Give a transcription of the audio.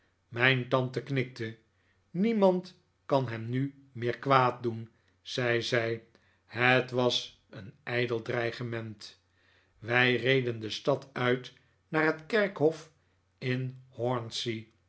mijn tante knikte niemand kan hem nu meer kwaaddoen zei zij het was een ijdel dreigement wij reden de stad uit naar het kerkhof in